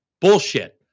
Bullshit